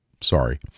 Sorry